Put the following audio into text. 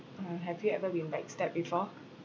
uh have you ever been back stabbed before